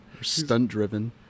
stunt-driven